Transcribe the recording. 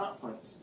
conference